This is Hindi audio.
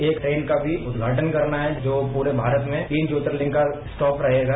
एक ट्रेन का उद्घाटन भी करना है जो पूरे भारत में तीन ज्योतिलिंग का स्टॉप रहेगा